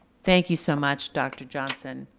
thank you so much, dr. johnson.